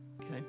Okay